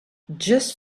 just